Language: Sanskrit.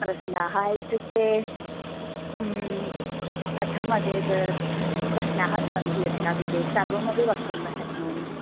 प्रश्नाः इत्युक्ते कथं वदेत् प्रश्नाः सन्ति अध्यापिके सर्वमपि वक्तुं न शक्नोमि